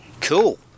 Cool